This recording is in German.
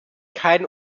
kein